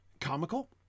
comical